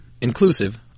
inclusive